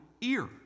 ear